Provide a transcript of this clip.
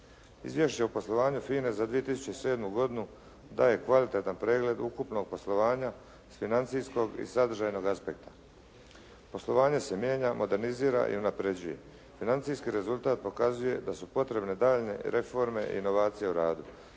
Izvješće o poslovanju FINA-e za 2007. godinu daje kvalitetan pregled ukupnog poslovanja s financijskog i sadržajnog aspekta. Poslovanje se mijenja, modernizira i unapređuje. Financijski rezultat pokazuje da su potrebne daljnje reforme i inovacije u radu.